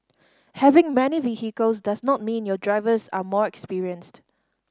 having many vehicles does not mean your drivers are more experienced